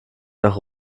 nach